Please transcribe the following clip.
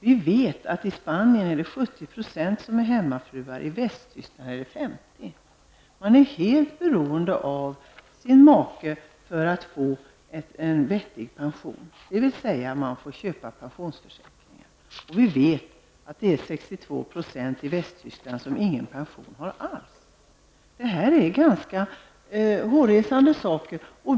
Vi vet att i Spanien är 70 % av kvinnorna hemmafruar, i Västtyskland 50 %. Man är där helt beroende av sin make för att få en vettig pension, dvs. man får köpa pensionsförsäkringar. Vi vet att det är 62 % i Västtyskland som inte har någon pension alls. Detta är ganska hårresande.